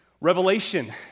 Revelation